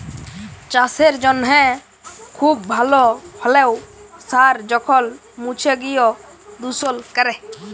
চাসের জনহে খুব ভাল হ্যলেও সার যখল মুছে গিয় দুষল ক্যরে